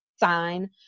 sign